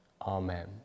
Amen